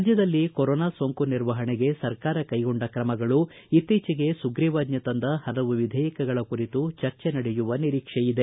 ರಾಜ್ಯದಲ್ಲಿ ಕೊರೋನಾ ಸೋಂಕು ನಿರ್ವಹಣೆಗೆ ಸರ್ಕಾರ ಕೈಗೊಂಡ ಕ್ರಮಗಳು ಇತ್ತೀಚೆಗೆ ಸುಗ್ರೀವಾಜ್ಞೆ ತಂದ ಹಲವು ವಿಧೇಯಕಗಳ ಕುರಿತು ಚರ್ಚೆ ನಡೆಸುವ ನಿರೀಕ್ಷೆ ಇದೆ